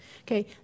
Okay